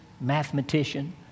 mathematician